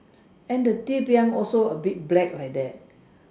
and the ti-piang also a bit black like that